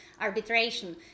arbitration